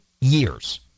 years